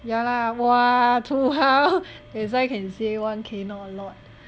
ya lah !wah! 土豪 that's why can say one K not a lot